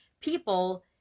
people